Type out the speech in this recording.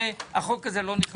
החוק הזה לא נכנס.